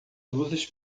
luzes